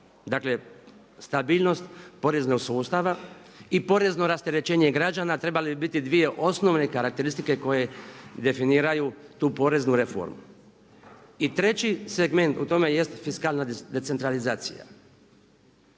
Dakle, stabilnost poreznog sustava i porezno rasterećenje građana trebali bi biti dvije osnovne karakteristike koje definiraju tu poreznu reformu. I treći segment u tome jest fiskalna decentralizacija.